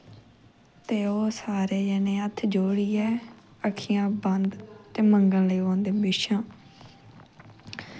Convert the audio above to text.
ते ओह् सारे जने हत्थ जोड़ियै अक्खियां बंद ते मंगन लगी पौंदे बिशां